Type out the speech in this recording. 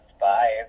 Bye